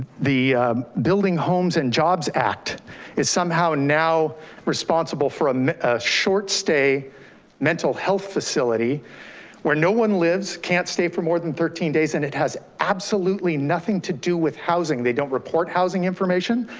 the building homes and jobs act is somehow now responsible for um a short stay mental health facility where no one lives, can't stay for more than thirteen days, and it has absolutely nothing to do with housing. they don't report housing information.